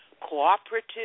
cooperative